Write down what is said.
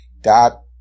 dot